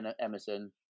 Emerson